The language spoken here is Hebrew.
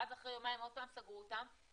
ואז אחרי יומיים עוד פעם סגרו אותם,